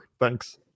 Thanks